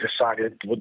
decided